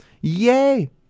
Yay